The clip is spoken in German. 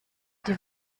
die